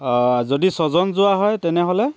যদি ছজন যোৱা হয় তেনেহ'লে